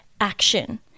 action